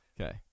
Okay